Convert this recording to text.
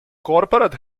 corporate